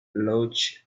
logs